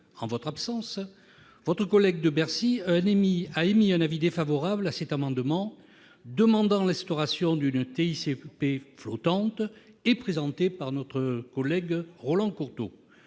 en votre absence, votre collègue de Bercy a émis un avis défavorable sur cet amendement demandant l'instauration d'une TICPE flottante et présenté par notre collègue Roland Courteau.